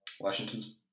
Washington's